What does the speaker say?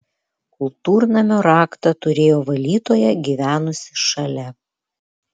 kultūrnamio raktą turėjo valytoja gyvenusi šalia